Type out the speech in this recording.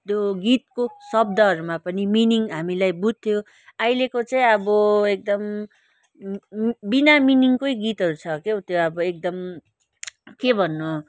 त्यो गीतको शब्दहरूमा पनि मिनिङ् हामीले बुझ्थ्यौँ अहिलेको चाहिँ अब एकदम विना मिनिङ्कै गीतहरू छ क्या हो त्यो अब एकदम के भन्नु